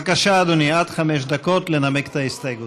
בבקשה, אדוני, עד חמש דקות לנמק את ההסתייגות.